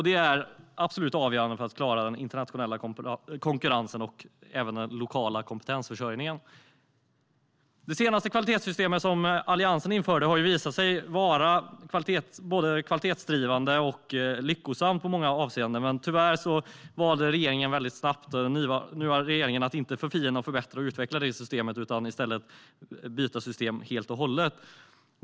Det är avgörande för att klara den internationella konkurrensen och den lokala kompetensförsörjningen. Det senaste kvalitetssäkringssystemet, som Alliansen införde, visade sig vara både kvalitetsdrivande och lyckosamt i många avseenden. Tyvärr har nuvarande regering inte valt att förfina, förbättra och utveckla detta system utan i stället valt att byta system helt och hållet.